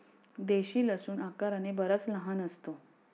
देशी लसूण आकाराने बराच लहान असतो